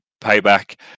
payback